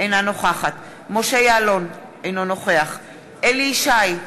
אינה נוכחת משה יעלון, אינו נוכח אליהו ישי,